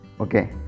Okay